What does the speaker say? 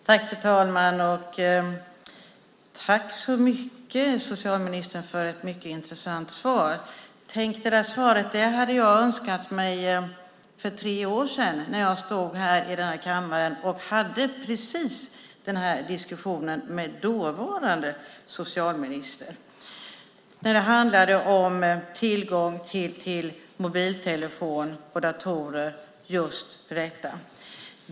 Fru talman! Tack så mycket, socialministern, för ett mycket intressant svar! Tänk, det där svaret hade jag önskat mig för tre år sedan när jag stod här i denna kammare och hade precis den här diskussionen med dåvarande socialminister! Det handlade om tillgång till mobiltelefon och datorer just för detta.